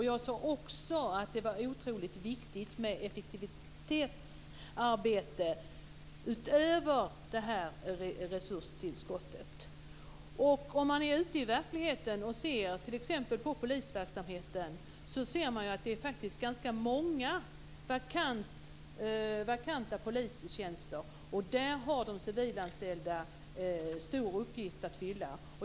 Jag sade också att det är otroligt viktigt med effektivitetsarbete utöver det här resurstillskottet. Om man är ute i verkligheten och ser på polisverksamheten ser man att det faktiskt finns ganska många vakanta polistjänster. Där har de civilanställda en stor uppgift att fylla.